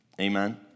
amen